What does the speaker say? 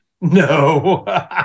no